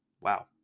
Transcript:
Wow